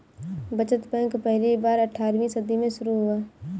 बचत बैंक पहली बार अट्ठारहवीं सदी में शुरू हुआ